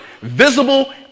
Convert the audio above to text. visible